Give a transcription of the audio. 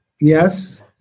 Yes